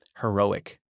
heroic